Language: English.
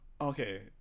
Okay